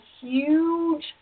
huge